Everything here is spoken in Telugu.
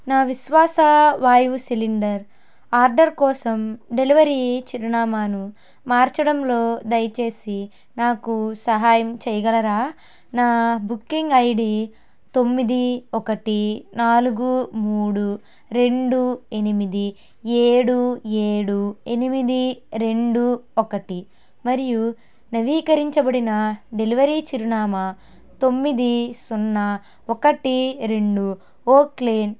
నా విశ్వాసా వాయువు సిలిండర్ ఆర్డర్ కోసం డెలివరీ చిరునామాను మార్చడంలో దయచేసి నాకు సహాయం చెయ్యగలరా నా బుకింగ్ ఐడీ తొమ్మిది ఒకటి నాలుగు మూడు రెండు ఎనిమిది ఏడు ఏడు ఎనిమిది రెండు ఒకటి మరియు నవీకరించబడిన డెలివరీ చిరునామా తొమ్మిది సున్నా ఒకటి రెండు ఓక్లేన్